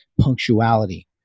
punctuality